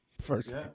First